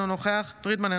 אינו נוכח יסמין פרידמן,